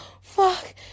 fuck